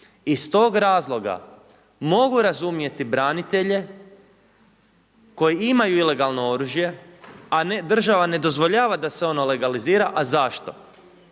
Iz tog razloga mogu razumjeti branitelje koji imaju ilegalno oružje, a država ne dozvoljava da se ono legalizira. A zašto?